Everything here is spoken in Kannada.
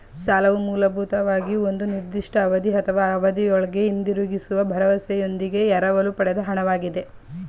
ಸಾಲವು ಮೂಲಭೂತವಾಗಿ ಒಂದು ನಿರ್ದಿಷ್ಟ ಅವಧಿ ಅಥವಾ ಅವಧಿಒಳ್ಗೆ ಹಿಂದಿರುಗಿಸುವ ಭರವಸೆಯೊಂದಿಗೆ ಎರವಲು ಪಡೆದ ಹಣ ವಾಗಿದೆ